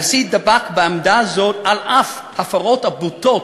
הנשיא דבק בעמדה הזאת על אף ההפרות הבוטות